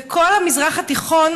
וכל המזרח התיכון,